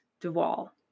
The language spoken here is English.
Duval